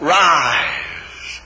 rise